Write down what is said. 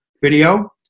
video